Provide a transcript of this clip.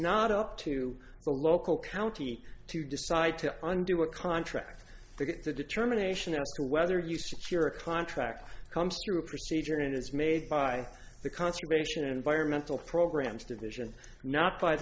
not up to the local county to decide to undo a contract to get the determination as to whether you secure a contract comes through procedure and it is made by the conservation environmental programs division not by